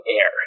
air